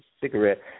cigarette